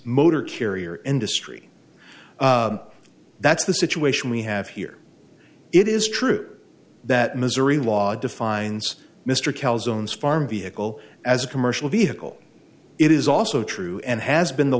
motor carrier industry that's the situation we have here it is true that missouri law defines mr cals own farm vehicle as a commercial vehicle it is also true and has been the